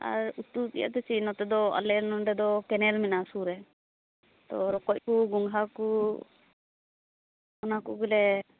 ᱟᱨ ᱩᱛᱩ ᱨᱮᱭᱟᱜ ᱫᱚ ᱪᱮᱜ ᱱᱚᱛᱮᱫᱚ ᱟᱞᱮ ᱱᱚᱸᱰᱮ ᱫᱚ ᱠᱮᱱᱮᱞ ᱢᱮᱱᱟᱜᱼᱟ ᱥᱩᱨ ᱨᱮ ᱛᱚ ᱨᱚᱠᱚᱡ ᱠᱚ ᱜᱚᱝᱜᱷᱟ ᱠᱚ ᱚᱱᱟ ᱠᱚᱜᱮᱞᱮ